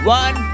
one